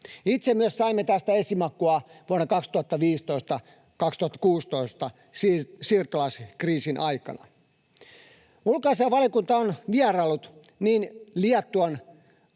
Itse myös saimme tästä esimakua vuonna 2015—2016 siirtolaiskriisin aikana. Ulkoasiainvaliokunta on vieraillut niin Liettuan